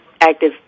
active